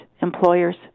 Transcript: employers